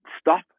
stop